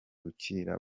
ukira